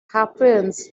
happens